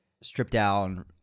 stripped-down